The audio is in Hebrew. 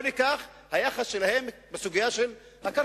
או ניקח את היחס שלהן בסוגיית הקרקעות.